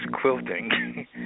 quilting